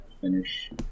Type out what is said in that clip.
finish